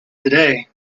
today